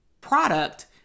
product